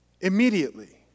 immediately